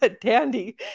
Dandy